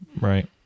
Right